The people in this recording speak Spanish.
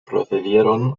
procedieron